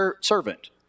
servant